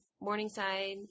morningside